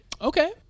Okay